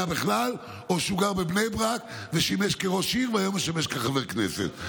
בכלל או גר בבני ברק ושימש ראש עיר והיום משמש חבר כנסת,